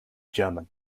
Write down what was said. german